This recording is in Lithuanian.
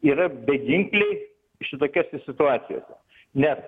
yra beginkliai šitokiose situacijose nes